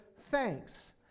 thanks